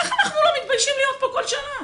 איך אנחנו לא מתביישים להיות פה כל שנה?!